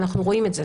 אנחנו רואים את זה.